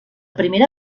primera